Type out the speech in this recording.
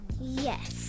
Yes